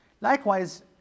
Likewise